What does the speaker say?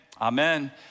amen